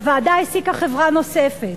הוועדה העסיקה חברה נוספת.